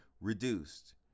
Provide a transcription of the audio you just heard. reduced